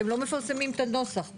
אתם לא מפרסמים את הנוסח בכלל.